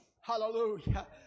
Hallelujah